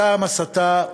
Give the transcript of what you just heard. אותה הסתה,